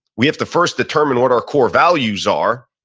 we have to first determine what our core values are.